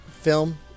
film